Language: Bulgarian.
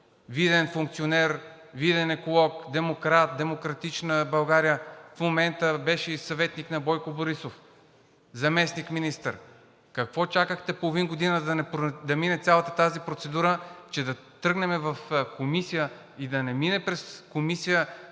виден функционер, виден еколог, демократ, „Демократична България“ в момента, беше и съветник на Бойко Борисов, заместник-министър! Какво чакахте половин година, за да не мине цялата тази процедура, че да тръгнем в комисия и да не мине през Комисията